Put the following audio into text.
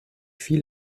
viel